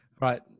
right